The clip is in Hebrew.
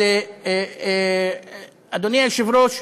אבל, אדוני היושב-ראש,